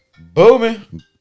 Booming